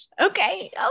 Okay